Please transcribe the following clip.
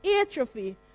atrophy